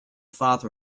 father